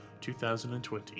2020